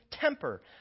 temper